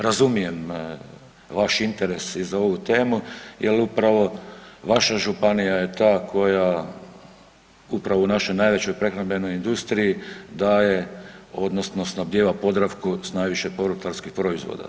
Razumijem vaš interes i za ovu temu jel upravo vaša županija je ta koja upravo u našoj najvećoj prehrambenoj industriji daje odnosno snabdijeva „Podravku“ s najviše povrtlarskih proizvoda.